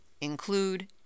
include